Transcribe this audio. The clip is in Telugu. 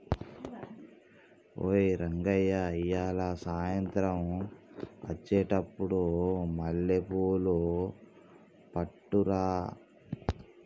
ఓయ్ రంగయ్య ఇయ్యాల సాయంత్రం అచ్చెటప్పుడు మల్లెపూలు పట్టుకరా